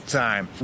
time